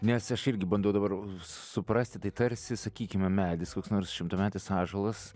nes aš irgi bandau dabar suprasti tai tarsi sakykime medis koks nors šimtametis ąžuolas